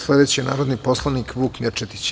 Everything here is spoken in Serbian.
Sledeći je narodni poslanik Vuk Mirčetić.